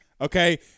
Okay